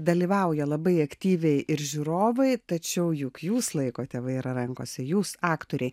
dalyvauja labai aktyviai ir žiūrovai tačiau juk jūs laikote vairą rankose jūs aktoriai